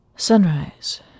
Sunrise